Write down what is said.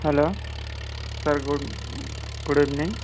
hello sir good good evening